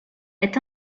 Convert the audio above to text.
est